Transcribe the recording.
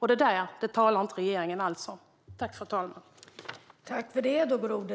Men det talar regeringen inte alls om.